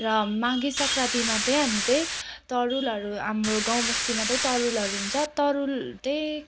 र माघे सङ्क्रान्तिमा त्यही हामी त्यही तरुलहरू हाम्रो गाउँबस्तीमा त्यही तरुलहरू हुन्छ तरुल त्यही